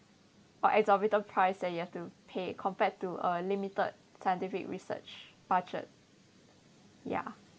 or exorbitant price that you have to pay compared to a limited scientific research budget ya